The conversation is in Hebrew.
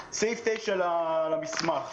לא יכולים להגיע לבית ספר למרות שהם